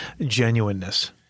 genuineness